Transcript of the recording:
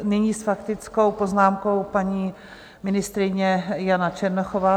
Nyní s faktickou poznámkou paní ministryně Jana Černochová.